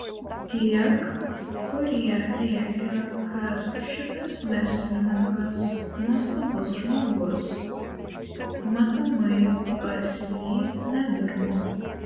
tiek kurie rėkia kad šitas verslininkas nuostabus žmogus matomai pas jį nedirbo